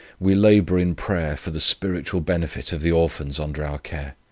we labour in prayer for the spiritual benefit of the orphans under our care.